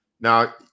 Now